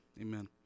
Amen